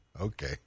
okay